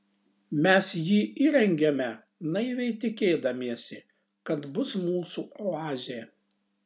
mes jį įrengėme naiviai tikėdamiesi kad bus mūsų oazė